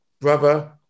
Brother